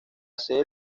sede